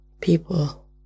people